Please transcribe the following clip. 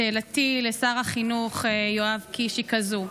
שאלתי לשר החינוך יואב קיש היא זו: